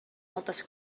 moltes